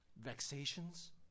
vexations